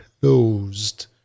closed